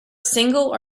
single